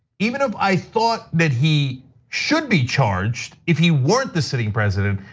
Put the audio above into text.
even if i thought that he should be charged, if he weren't the sitting president,